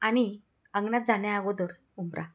आणि अंगणात जाण्या अगोदर उंबरा